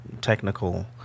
technical